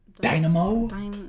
Dynamo